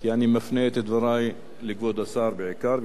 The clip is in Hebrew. כי אני מפנה את דברי לכבוד השר בעיקר,